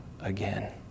again